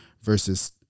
versus